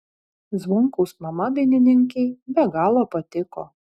zvonkaus mama dainininkei be galo patiko